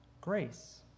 grace